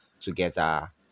together